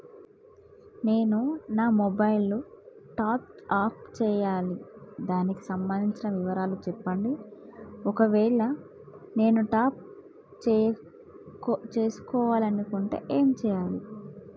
నేను నా mobile top up చేయాలి దానికి సంబంధించిన వివరాలు చెప్పండి ఒకవేళ నేను టాప్ చేసుకోవాలనుకుంటే ఏం చేయాలి?